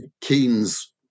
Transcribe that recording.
keynes